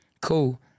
Cool